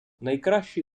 найкращий